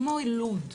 כמו לוד,